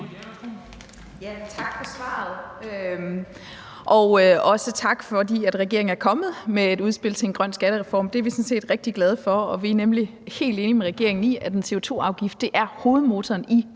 Tak for svaret, og også tak for, at regeringen er kommet med et udspil til en grøn skattereform. Det er vi sådan set rigtig glade for. Vi er nemlig helt enige med regeringen i, at en CO2-afgift er hovedmotoren i